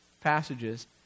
passages